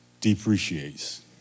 depreciates